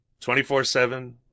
24/7